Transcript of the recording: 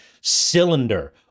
cylinder